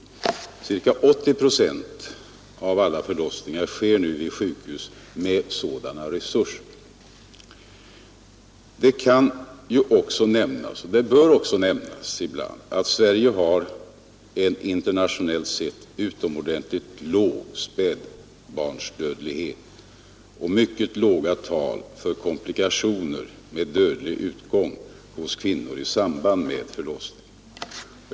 Omkring 80 procent av alla förlossningar sker nu också vid sjukhus som har sådana resurser. Det bör också nämnas att Sverige har en internationellt sett utomordentligt låg spädbarnsdödlighet och mycket låga tal för komplikationer med dödlig utgång hos kvinnor i samband med förlossning.